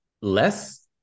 less